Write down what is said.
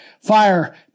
fire